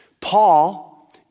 Paul